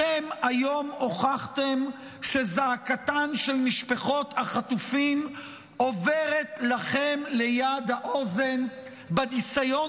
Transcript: אתם היום הוכחתם שזעקתן של משפחות החטופים עוברת לכם ליד האוזן בניסיון